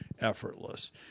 effortless